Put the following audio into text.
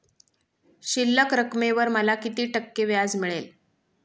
शिल्लक रकमेवर मला किती टक्के व्याज मिळेल?